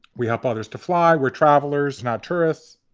we help others to fly. we're travelers, not tourists.